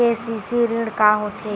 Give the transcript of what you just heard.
KCC ऋण का होथे?